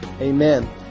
Amen